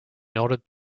nodded